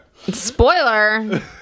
Spoiler